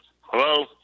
Hello